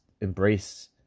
embrace